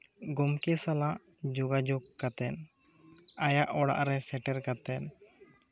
ᱜᱚᱝᱠᱮ ᱥᱟᱞᱟᱜ ᱡᱳᱜᱟᱡᱳᱜᱽ ᱠᱟᱛᱮᱫ ᱟᱭᱟᱜ ᱚᱲᱟᱜ ᱨᱮ ᱥᱮᱴᱮᱨ ᱠᱟᱛᱮᱫ